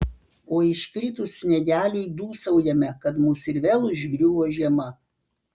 o iškritus sniegeliui dūsaujame kad mus ir vėl užgriuvo žiema